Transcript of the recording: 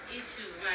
issues